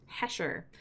Hesher